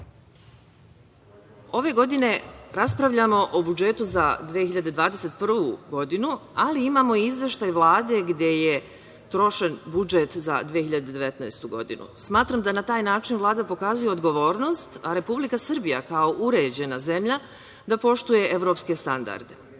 godine raspravljamo o budžetu za 2021. godinu, ali imamo i izveštaj Vlade gde je trošen budžet za 2019. godinu. Smatram da na taj način Vlada pokazuje odgovornost, a Republika Srbija kao uređena zemlja da poštuje evropske standarde. Ozbiljnost